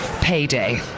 payday